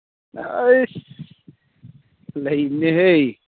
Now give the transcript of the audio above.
ꯑꯩꯁ ꯂꯩꯅꯦꯍꯩ